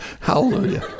Hallelujah